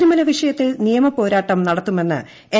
ശബരിമല വിഷയത്തിൽ നിയമപോരാട്ടം നടത്തുമെന്ന് എൻ